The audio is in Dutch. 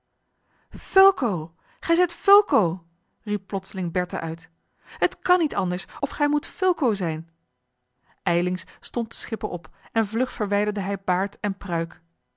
fulco gij zijt fulco riep plotseling bertha uit t kan niet anders of gij moet fulco zijn ijlings stond de schipper op en vlug verwijderde hij baard en pruik